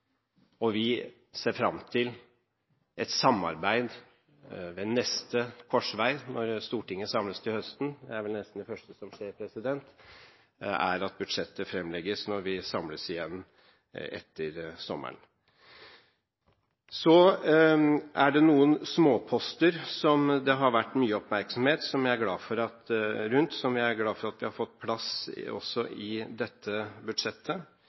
og vi ser fram til et samarbeid ved neste korsvei, når Stortinget samles til høsten. Det er vel nesten noe av det første som skjer, at budsjettet fremlegges når vi samles igjen etter sommeren. Så er det noen småposter som det har vært mye oppmerksomhet rundt, som jeg er glad for at vi har fått på plass i dette budsjettet.